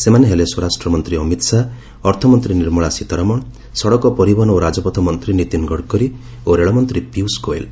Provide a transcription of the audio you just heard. ସେମାନେ ହେଲେ ସ୍ୱରାଷ୍ଟ୍ରମନ୍ତ୍ରୀ ଅମିତ୍ ଶାହା ଅର୍ଥମନ୍ତ୍ରୀ ନିର୍ମଳା ସୀତାରମଣ ସଡ଼କ ପରିବହନ ଓ ରାଜପଥ ମନ୍ତ୍ରୀ ନୀତିନ୍ ଗଡ଼କରୀ ଓ ରେଳ ମନ୍ତ୍ରୀ ପୀୟୁଷ ଗୋୟଲ୍